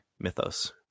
mythos